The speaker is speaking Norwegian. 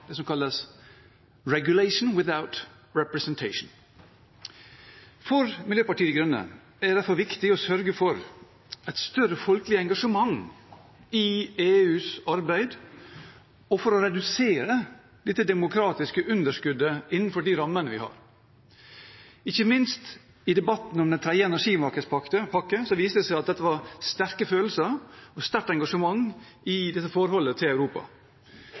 det som kalles «regulation without representation». For Miljøpartiet De Grønne er det derfor viktig å sørge for et større folkelig engasjement i EUs arbeid og redusere det demokratiske underskuddet innenfor de rammene vi har. Ikke minst i debatten om den tredje energimarkedspakken viste det seg at det var sterke følelser og sterkt engasjement rundt forholdet til Europa.